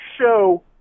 show